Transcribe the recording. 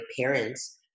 parents